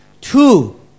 Two